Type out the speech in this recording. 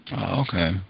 Okay